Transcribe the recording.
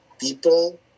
people